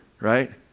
right